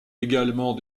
également